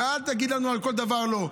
ואל תגיד לנו על כל דבר לא.